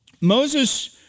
Moses